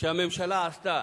שהממשלה עשתה